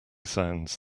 sounds